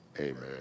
Amen